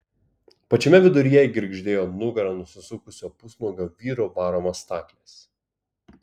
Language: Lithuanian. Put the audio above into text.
pačiame viduryje girgždėjo nugara nusisukusio pusnuogio vyro varomos staklės